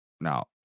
Now